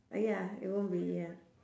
uh ya it won't be ya